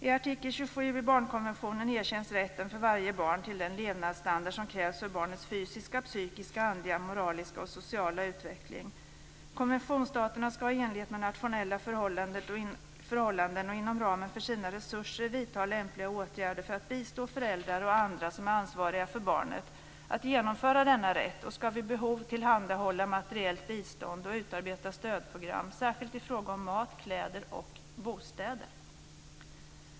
I artikel 27 i barnkonventionen erkänns rätten för varje barn till den levnadsstandard som krävs för barnets fysiska, psykiska, andliga, moraliska och sociala utveckling. Konventionsstaterna ska i enlighet med nationella förhållanden och inom ramen för sina resurser vidta lämpliga åtgärder för att bistå föräldrar och andra som är ansvariga för barnet att genomföra denna rätt och ska vid behov tillhandahålla materiellt bistånd och utarbeta stödprogram, särskilt i fråga om mat, kläder och bostäder.